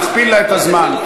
נכפיל לה את הזמן.